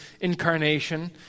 incarnation